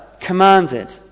commanded